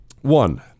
One